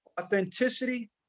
authenticity